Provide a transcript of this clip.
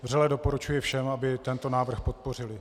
Vřele doporučuji všem, aby tento návrh podpořili.